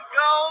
go